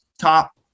top